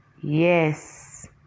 Yes